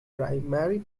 primary